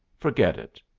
forget it.